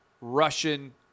Russian